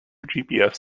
gps